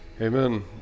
Amen